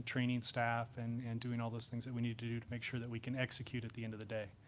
training staff, and and doing all those things that we need to do to make sure that we can execute at the end of the day.